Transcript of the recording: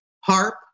HARP